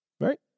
right